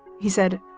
he said,